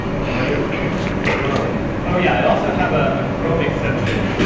do i do it for chrome. oh yeah, i also have a ah chrome extension.